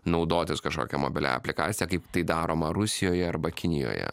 naudotis kažkokia mobiliąja aplikacija kaip tai daroma rusijoje arba kinijoje